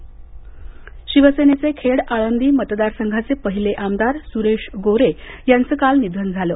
निधन सुरेश गोरे शिवसेनेचे खेड आळंदी मतदार संघाचे पहिले आमदार सुरेश गोरे यांचं काल निधन झाले